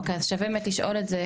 אוקיי, אז שווה באמת לשאול את זה.